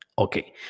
Okay